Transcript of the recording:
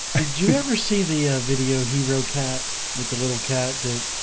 ah did you ever see the ah video hero cat with the little cat that?